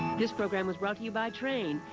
this program was brought to you by trane.